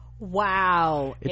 wow